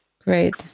Great